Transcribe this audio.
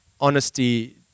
honesty